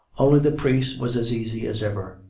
only the priest was as easy as ever.